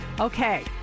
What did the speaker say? okay